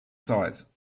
size